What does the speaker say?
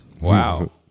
Wow